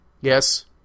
Yes